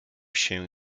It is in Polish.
się